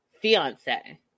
fiance